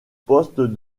poste